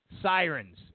sirens